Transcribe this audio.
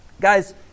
Guys